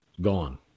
Gone